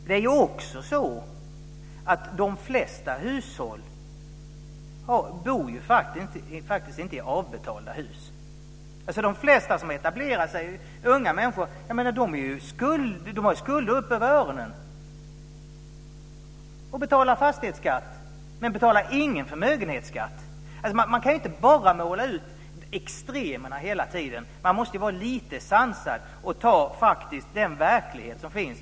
Det är också så att de flesta faktiskt inte bor i avbetalda hus. De flesta som etablerar sig, unga människor, har ju skulder upp över öronen. De betalar fastighetsskatt men ingen förmögenhetsskatt. Man kan inte bara måla ut extremerna hela tiden. Man måste vara lite sansad och faktiskt ta den verklighet som finns.